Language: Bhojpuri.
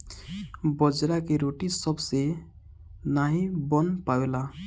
बाजरा के रोटी सबसे नाई बन पावेला